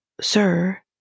sir